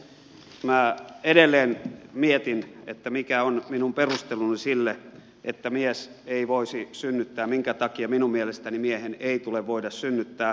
minä edelleen mietin mikä on minun perusteluni sille että mies ei voisi synnyttää minkä takia minun mielestäni miehen ei tule voida synnyttää